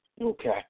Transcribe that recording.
Okay